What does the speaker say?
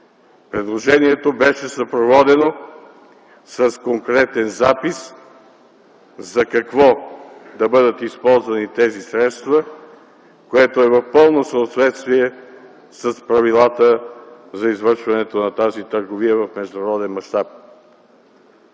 Предложението беше съпроводено с конкретен запис за какво да бъдат използвани тези средства, което е в пълно съответствие с правилата за извършването на тази търговия в международен мащаб.